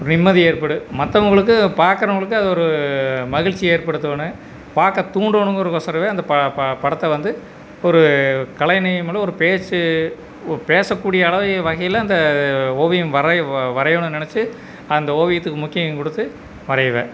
நிம்மதி ஏற்படும் மற்றவங்களுக்கு பாக்கிறவங்களுக்கு அது ஒரு மகிழ்ச்சியை ஏற்படுத்தோணும் பார்க்க தூண்டோணுங்கிற கோசரம் அந்த படத்தை வந்து ஒரு கலைநயமுள்ள ஒரு பேச்சு பேச கூடிய அளவு வகையில் அந்த ஓவியம் வரைய வரையணுன்னு நெனைச்சி அந்த ஓவியத்துக்கு முக்கியம் குடுத்து வரைவேன்